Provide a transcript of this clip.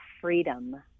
freedom